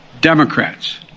Democrats